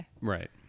Right